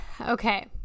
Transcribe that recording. Okay